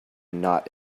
not